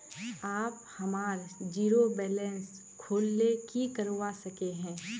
आप हमार zero balance खोल ले की करवा सके है?